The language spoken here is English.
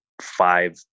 five